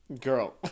girl